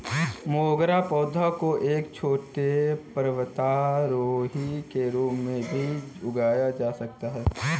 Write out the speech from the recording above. मोगरा पौधा को एक छोटे पर्वतारोही के रूप में भी उगाया जा सकता है